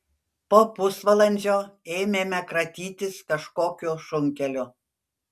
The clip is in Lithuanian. po pusvalandžio ėmėme kratytis kažkokiu šunkeliu